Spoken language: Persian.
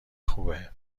خوبه